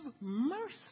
mercy